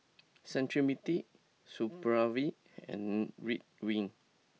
Cetrimide Supravit and Ridwind